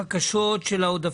אושר.